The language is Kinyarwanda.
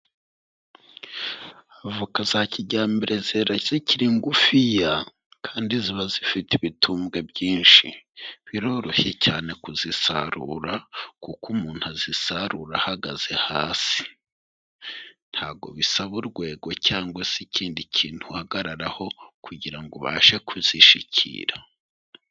Avoka za kijyambere era zikiri ngufiya kandi ziba zifite ibitubwe byinshi. Biroroshye cyane kuzisarura kuko umuntu azisarura ahagaze hasi, ntago bisaba urwego cyangwa se ikindi kintu uhagararaho kugirango ubashe kuzishikira.